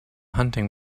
hunting